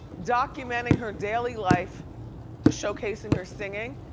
documenting her daily life showcasing her singing.